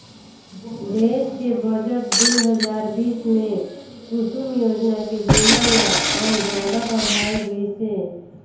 देस के बजट दू हजार बीस मे कुसुम योजना के सीमा ल अउ जादा बढाए गइसे